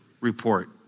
report